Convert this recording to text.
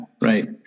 right